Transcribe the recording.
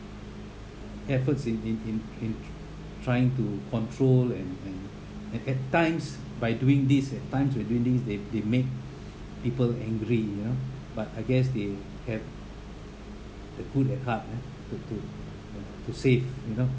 efforts in in in in tr~ trying to control and and and at times by doing this at times by doing this they they make people angry you know but I guess they have the good at heart ah to to to save you know